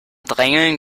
drängeln